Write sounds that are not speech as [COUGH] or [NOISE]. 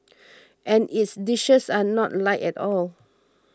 [NOISE] and its dishes are not light at all